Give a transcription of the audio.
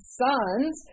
sons